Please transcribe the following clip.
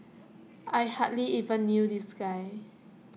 I hardly even knew this guy